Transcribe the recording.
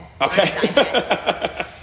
Okay